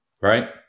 right